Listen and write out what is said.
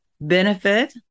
benefit